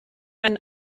einen